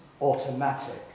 automatic